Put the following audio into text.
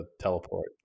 teleport